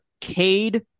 Cade